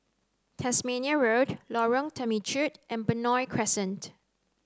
Tasmania Road Lorong Temechut and Benoi Crescent